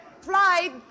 flight